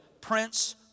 prince